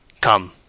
Come